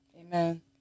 Amen